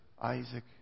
Isaac